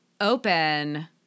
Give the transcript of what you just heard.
open